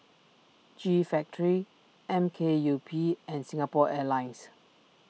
G Factory M K U P and Singapore Airlines